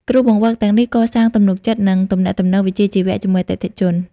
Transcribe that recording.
គ្រូបង្វឹកទាំងនេះកសាងទំនុកចិត្ត និងទំនាក់ទំនងវិជ្ជាជីវៈជាមួយអតិថិជន។